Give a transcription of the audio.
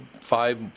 five